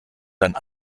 deinen